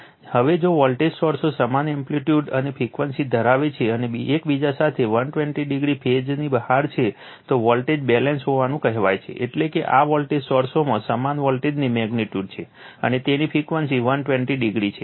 હવે જો વોલ્ટેજ સોર્સો સમાન એમ્પ્લિટ્યૂડ અને ફ્રિક્વન્સી ધરાવે છે અને એકબીજા સાથે 120o ફેઝની બહાર છે તો વોલ્ટેજ બેલેન્સ હોવાનું કહેવાય છે એટલે કે આ વોલ્ટેજ સોર્સોમાં સમાન વોલ્ટેજની મેગ્નિટ્યુડ છે અને તેની ફ્રિક્વન્સી 120o છે